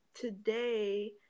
today